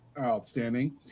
Outstanding